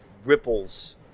Ripples